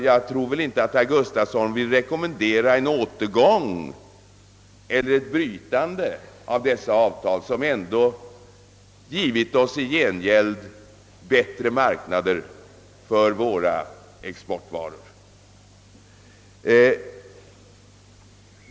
Jag tror väl inte att herr Gustafsson vill rekommendera en återgång eller ett brytande av dessa avtal, som ändå i gengäld givit oss bättre marknader för våra exportvaror.